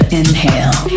inhale